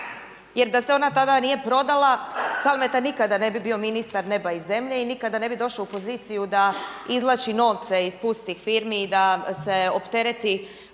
jer da se ona tada nije prodala Kalmeta nikada ne bi bio ministar neba i zemlje i nikada ne bi došao u poziciju da izvlači novce iz pustih firmi i da se optereti